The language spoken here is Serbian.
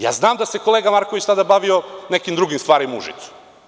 Ja znam da se kolega Marković tada bavio nekim drugim stvarima u Užicu.